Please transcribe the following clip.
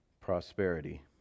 prosperity